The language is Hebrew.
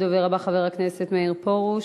הדובר הבא, חבר הכנסת מאיר פרוש,